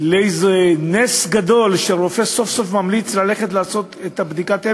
לאיזה נס גדול שרופא סוף-סוף ממליץ ללכת לעשות את בדיקת ה-MRI,